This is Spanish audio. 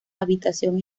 habitación